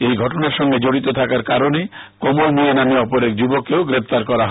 এই ঘটনার সাথে অড়িত থাকার কারণে কমল মিঞা নামে অপর এক যুবককেও গ্রেপ্তার করা হয়